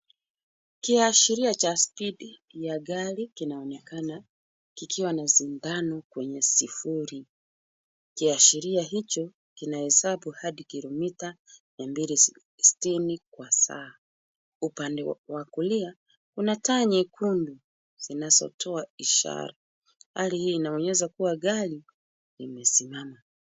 Kiashiria cha spidi ya gari kinaonekana kikiwa na sindano kwenye sufuri. Kiashiria hicho kina hesabu hadi kilomita mia mbili sitini kwa saa. Upande wa kulia, kuna taa nyekundu zinazotoa ishara. Hali hii inaonyesha kuwa gari limesimama.